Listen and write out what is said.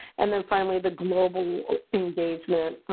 and then finally, the global engagement.